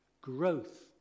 growth